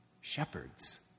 shepherds